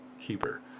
keeper